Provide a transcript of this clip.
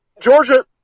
Georgia